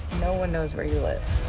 no one knows where you live.